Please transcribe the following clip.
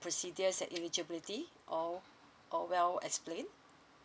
procedures and eligibility all all well explained